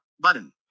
button